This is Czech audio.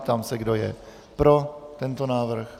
Ptám se, kdo je pro tento návrh.